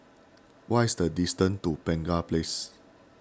what is the distance to Penaga Place